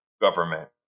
government